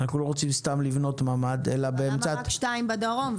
אנחנו לא רוצים סתם לבנות ממ"ד -- למה רק שתיים בדרום?